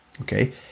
okay